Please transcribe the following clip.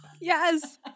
Yes